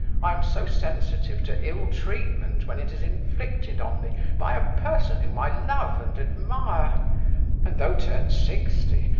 i am so sensitive to ill treatment, when it is inflicted on me by a person whom i love and admire and, though turned sixty,